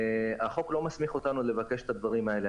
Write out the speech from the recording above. החוק לא מסמיך אותנו לבקש את הדברים האלה.